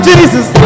Jesus